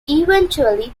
eventually